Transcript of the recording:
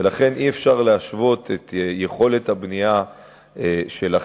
ולכן אי-אפשר להשוות את יכולת הבנייה שלכם,